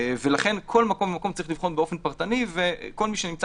ולכן כל מקום ומקום צריך לבחון באופן פרטני וכל מי שנמצא